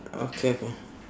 okay okay